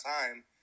time